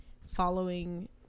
following